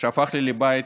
שהפך לי לבית